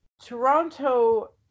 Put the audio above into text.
Toronto